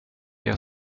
jag